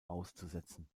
auszusetzen